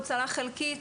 הוא צלח חלקי,